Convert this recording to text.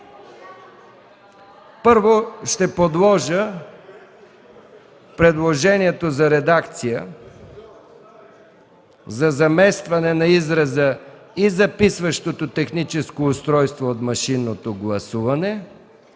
Първо ще подложа на гласуване предложението за редакция за заместване на израза „и записващото техническо устройство от машинното гласуване”